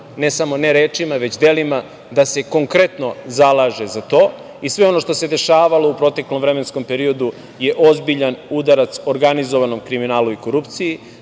ne samo rečima, već delima, da se konkretno zalaže za to. Sve ono što se dešavalo u proteklom vremenskom periodu je ozbiljan udarac organizovanom kriminalu i korupciji.